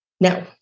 No